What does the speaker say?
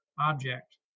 object